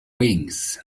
wings